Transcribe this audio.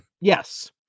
Yes